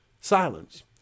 Silence